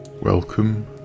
Welcome